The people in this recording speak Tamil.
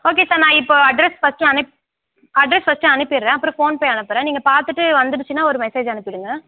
ஓகே சார் நான் இப்போ அட்ரஸ் ஃபர்ஸ்ட்டு அனுப் அட்ரஸ் ஃபர்ஸ்ட்டு அனுப்பிறேன் அப்புறோம் ஃபோன்பே அனுப்புகிறேன் நீங்கள் பார்த்துட்டு வந்துடுச்சுன்னா ஒரு மெசேஜ் அனுப்பிவிடுங்க